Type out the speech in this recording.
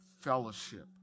fellowship